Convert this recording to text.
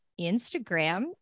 Instagram